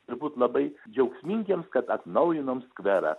ir būt labai džiaugsmingiems kad atnaujinom skverą